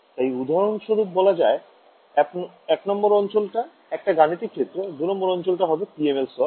তাই উদাহরণস্বরূপ বলা যায় ১ নং অঞ্চলটা একটা গাণিতিক ক্ষেত্র ২ নং অঞ্চলটা হবে PML স্তর